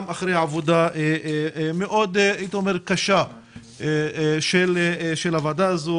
החוק נחקק בשנת 2018 אחרי עבודה קשה מאוד של הוועדה הזו,